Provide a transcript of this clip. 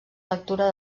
lectura